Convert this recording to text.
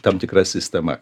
tam tikra sistema